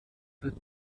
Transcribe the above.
wird